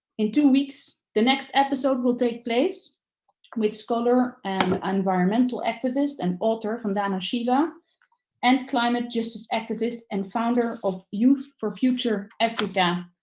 in two weeks the next episode will take place with scholar and environmental activist and author vandana shiva and climate justice activist and founder of youth for future africa,